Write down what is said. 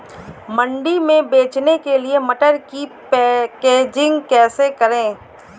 मंडी में बेचने के लिए मटर की पैकेजिंग कैसे करें?